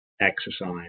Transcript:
exercise